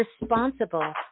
responsible